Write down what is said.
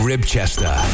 Ribchester